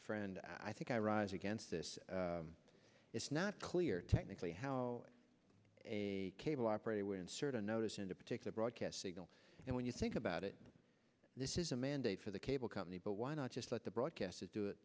friend i think i rise against this it's not clear technically how a cable operator when certain notice in a particular broadcast signal and when you think about it this is a mandate for the cable company but why not just let the broadcasters do it